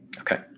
Okay